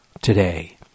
today